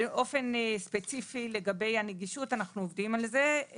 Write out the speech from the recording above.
באופן ספציפי לגבי הנגישות אנחנו עובדים על זה.